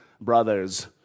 brothers